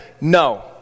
no